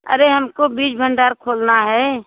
अरे हमको बीज भंडार खोलना है